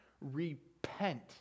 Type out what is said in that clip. repent